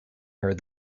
heard